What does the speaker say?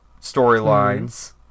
storylines